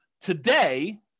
Today